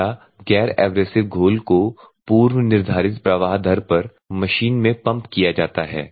ताजा गैर एब्रेसिव घोल को पूर्व निर्धारित प्रवाह दर पर मशीन में पंप किया जाता है